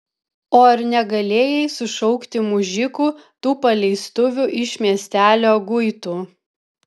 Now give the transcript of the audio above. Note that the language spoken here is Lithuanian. o ar negalėjai sušaukti mužikų tų paleistuvių iš miestelio guitų